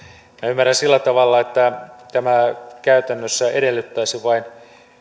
ymmärrän sillä tavalla että tämä käytännössä edellyttäisi vain